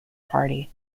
party